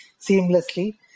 seamlessly